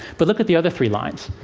but look at the other three lines.